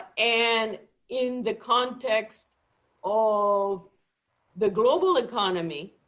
and in the context of the global economy,